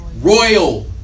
Royal